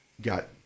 got